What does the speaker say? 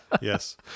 Yes